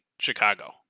Chicago